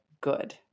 good